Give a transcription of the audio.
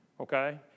Okay